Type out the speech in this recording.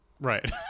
Right